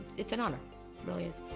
it's an honor. it really is.